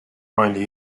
mainly